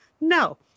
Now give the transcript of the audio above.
No